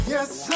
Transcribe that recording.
Yes